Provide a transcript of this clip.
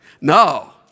No